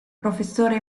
professore